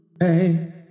Hey